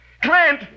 Clint